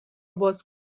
باز